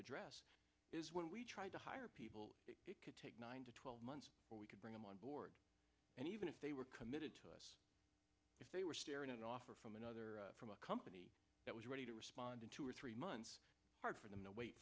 address is when we tried to hire people to take nine to twelve months we could bring them on board and even if they were committed to us if they were staring an offer from another from a company that was ready to respond in two or three months hard for them to wait